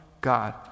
God